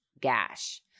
gash